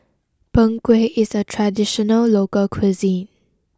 Png Kueh is a traditional local cuisine